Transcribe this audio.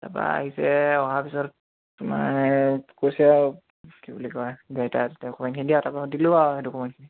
তাৰপৰা আহিছে অহাৰ পিছত তোমাৰ কৈছে আৰু কি বুলি কয় ডকুমেন্টখিনি দিয়া তাৰপৰা দিলে আৰু ডকুমেণ্টখিনি